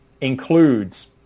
includes